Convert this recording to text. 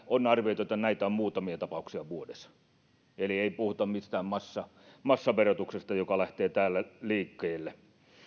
on arvioitu että näitä on muutamia tapauksia vuodessa eli ei puhuta mistään massaverotuksesta joka lähtee täällä liikkeelle